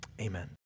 Amen